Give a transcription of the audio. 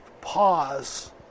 pause